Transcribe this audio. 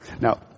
Now